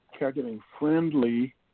caregiving-friendly